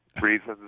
reasons